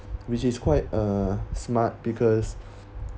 which is quite uh smart because